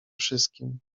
wszystkim